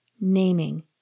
naming